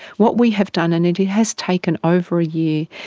what we have done, and it has taken over a year,